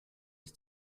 ist